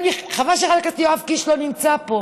חבל שחבר הכנסת יואב קיש לא נמצא פה.